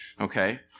Okay